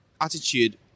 attitude